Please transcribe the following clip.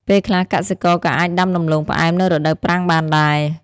ពេលខ្លះកសិករក៏អាចដាំដំឡូងផ្អែមនៅរដូវប្រាំងបានដែរ។